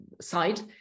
side